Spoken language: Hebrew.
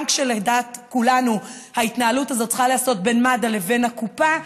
גם כשלדעת כולנו ההתנהלות הזאת צריכה להיעשות בין מד"א לבין הקופה,